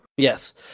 Yes